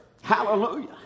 Hallelujah